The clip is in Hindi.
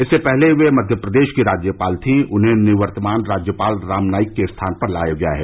इससे पहले वह मक्य प्रदेश की राज्यपाल थी उन्हें निवर्तमान राज्यपाल राम नाईक के स्थान पर लाया गया है